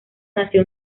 nació